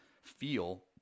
feel